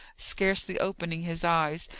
scarcely opening his eyes,